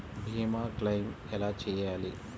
భీమ క్లెయిం ఎలా చేయాలి?